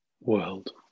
world